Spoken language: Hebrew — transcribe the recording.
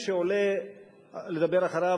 כשאני עולה לדבר אחריו,